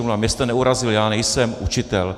Mě jste neurazil, já nejsem učitel.